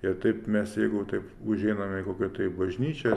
ir taip mes jeigu taip užeiname į kokią tai bažnyčią